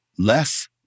Less